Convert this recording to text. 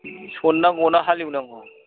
सननांगौना हालेवनांगौ